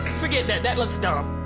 forget that. that looks dumb.